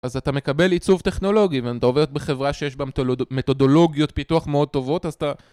אז אתה מקבל עיצוב טכנולוגי, ואתה עובד בחברה שיש בה מתודולוגיות פיתוח מאוד טובות, אז אתה...